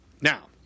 Now